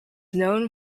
known